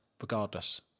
regardless